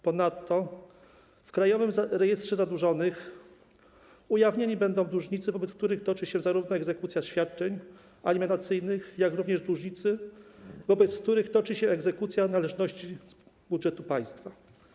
Ponadto w Krajowym Rejestrze Zadłużonych ujawnieni będą zarówno dłużnicy, wobec których toczy się egzekucja świadczeń alimentacyjnych, jak również dłużnicy, wobec których toczy się egzekucja należności z budżetu państwa.